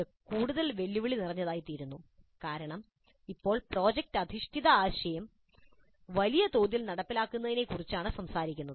ഇത് കൂടുതൽ വെല്ലുവിളി നിറഞ്ഞതായിത്തീരുന്നു കാരണം ഇപ്പോൾ ഞങ്ങൾ പ്രോജക്റ്റ് അധിഷ്ഠിത ആശയം വലിയ തോതിൽ നടപ്പിലാക്കുന്നതിനെക്കുറിച്ചാണ് സംസാരിക്കുന്നത്